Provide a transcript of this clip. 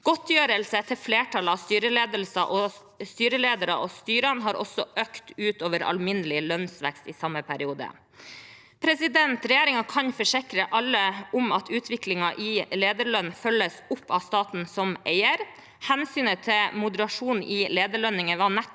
Godtgjørelse til flertallet av styreledere og styrene har også økt utover alminnelig lønnsvekst i samme periode. Regjeringen kan forsikre alle om at utviklingen i lederlønn følges opp av staten som eier. Hensynet til moderasjon i lederlønninger var nettopp